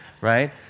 right